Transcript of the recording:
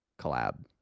collab